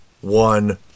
one